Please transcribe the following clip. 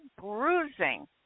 bruising